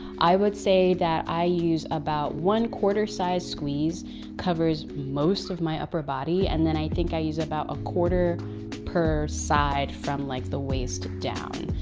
i would say that i use about, one quarter size squeeze covers most of my upper body. and then i think i use about a quarter per side from like the waist down.